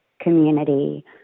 community